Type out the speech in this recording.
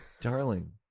darling